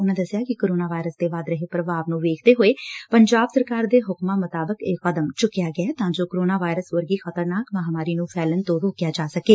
ਉਨਾਂ ਦੱਸਿਆ ਕਿ ਕੋਰੋਨਾ ਵਾਇਰਸ ਦੇ ਵੱਧ ਰਹੇ ਪ੍ਰਭਾਵ ਨੰ ਵੇਖਦੇ ਹੋਏ ਪੰਜਾਬ ਸਰਕਾਰ ਦੇ ਹੁਕਮਾ ਅਨੁਸਾਰ ਇਹ ਕਦਮ ਚੁੱਕਿਆ ਗਿਐ ਤਾਂ ਜੋ ਕੋਰੋਨਾ ਵਾਇਰਸ ਵਰਗੀ ਖਤਰਨਾਕ ਮਹਾਂਮਾਰੀ ਨੂੰ ਫੈਲਣ ਤੋਂ ਰੋਕਿਆ ਜਾ ਸਕੇ